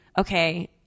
okay